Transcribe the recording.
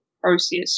process